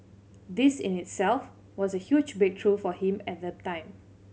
this in itself was a huge breakthrough for him at the time